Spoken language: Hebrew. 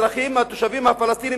האזרחים הפלסטינים,